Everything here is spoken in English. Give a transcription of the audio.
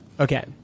Okay